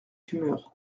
humeur